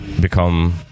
become